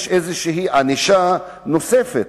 יש ענישה נוספת,